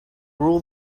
rule